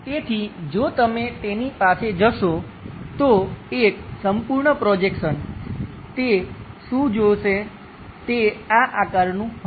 તેથી જો તમે તેની પાસે જશો તો એક સંપૂર્ણ પ્રોજેક્શન તે શું જોશે તે આ આકારનું હશે